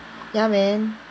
ya man